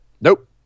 nope